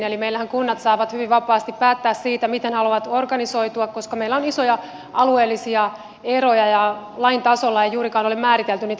eli meillähän kunnat saavat hyvin vapaasti päättää siitä miten haluavat organisoitua koska meillä on isoja alueellisia eroja ja lain tasolla ei juurikaan ole määritelty niitä toimielimiä